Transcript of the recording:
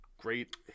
great